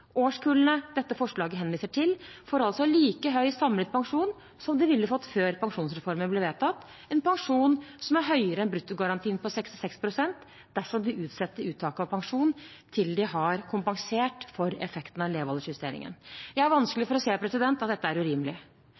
Årskullene dette forslaget henviser til, får altså like høy samlet pensjon som de ville fått før pensjonsreformen ble vedtatt, en pensjon som er høyere enn bruttogarantien på 66 pst., dersom de utsetter uttaket av pensjon til de har kompensert for effekten av levealdersjusteringen. Jeg har vanskelig for å se at dette er urimelig.